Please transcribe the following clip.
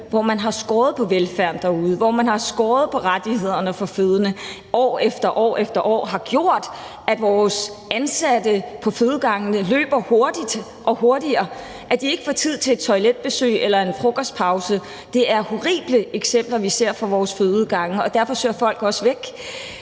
hvor man har skåret på velfærden derude, og hvor man har skåret på rettighederne for fødende og år efter år har gjort, at vores ansatte på fødegangene løber hurtigt og hurtigere, og at de ikke får tid til et toiletbesøg eller en frokostpause. Det er horrible eksempler, vi ser fra vores fødegange, og derfor søger folk også væk.